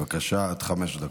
בבקשה, עד חמש דקות.